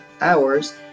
hours